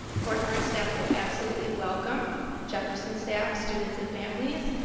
fort howard staff will absolutely welcome jefferson staff, students and families,